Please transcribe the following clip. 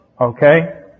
Okay